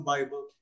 Bible